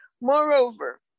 Moreover